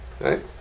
right